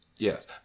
Yes